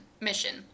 mission